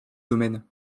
domaine